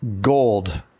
gold